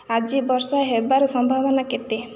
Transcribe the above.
ଆଜି ବର୍ଷା ହେବାର ସମ୍ଭାବନା କେତେ